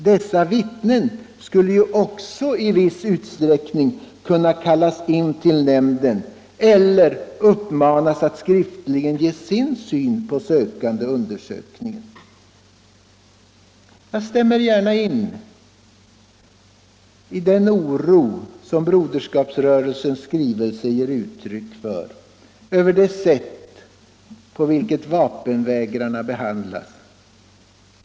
Dessa vittnen skulle också i viss utsträckning kunna kallas in till nämnden eller uppmanas att skriftligen ge sin syn på undersökningen av en sökande. Jag instämmer gärna i den oro som Broderskapsrörelsens skrivelse ger uttryck för över det sätt på vilket vapenvägrarna behandlas.